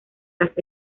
las